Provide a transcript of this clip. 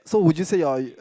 so would you say you're